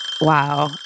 Wow